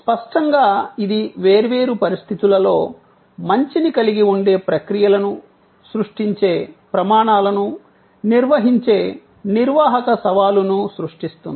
స్పష్టంగా ఇది వేర్వేరు పరిస్థితులలో మంచిని కలిగి ఉండే ప్రక్రియలను సృష్టించే ప్రమాణాలను నిర్వహించే నిర్వాహక సవాలును సృష్టిస్తుంది